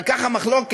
ועל כך המחלוקת.